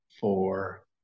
four